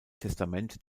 testament